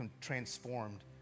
transformed